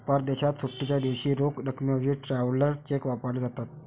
परदेशात सुट्टीच्या दिवशी रोख रकमेऐवजी ट्रॅव्हलर चेक वापरले जातात